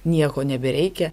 nieko nebereikia